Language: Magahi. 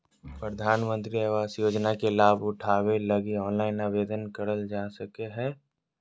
प्रधानमंत्री आवास योजना के लाभ उठावे लगी ऑनलाइन आवेदन करल जा सको हय